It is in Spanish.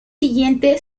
siguiente